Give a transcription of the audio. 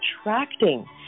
attracting